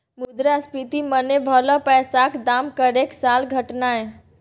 मुद्रास्फीति मने भलौ पैसाक दाम हरेक साल घटनाय